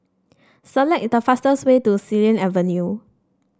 select the fastest way to Xilin Avenue